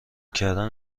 کردن